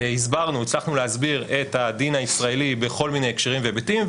הסברנו הצלחנו להסביר את הדין הישראלי בכל מיני הקשרים והיבטים,